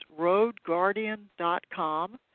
RoadGuardian.com